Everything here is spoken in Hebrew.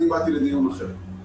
אני באתי לדיון אחר.